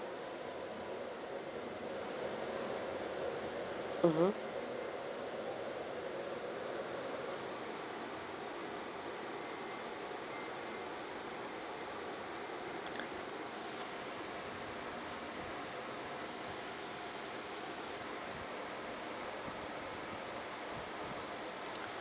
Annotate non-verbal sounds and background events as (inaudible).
mmhmm (noise)